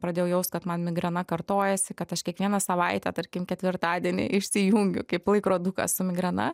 pradėjau jaust kad man migrena kartojasi kad aš kiekvieną savaitę tarkim ketvirtadienį išsijungiu kaip laikrodukas su migrena